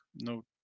no